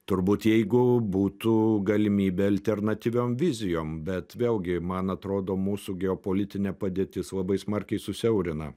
turbūt jeigu būtų galimybė alternatyviom vizijom bet vėlgi man atrodo mūsų geopolitinė padėtis labai smarkiai susiaurina